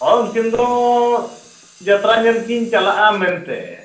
ᱦᱳᱭ ᱩᱱᱠᱤᱱ ᱫᱚ ᱡᱟᱛᱨᱟ ᱧᱮᱞ ᱠᱤᱱ ᱪᱟᱞᱟᱜᱼᱟ ᱢᱮᱱᱛᱮ